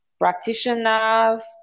practitioners